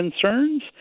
concerns